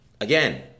again